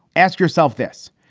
ask yourself this.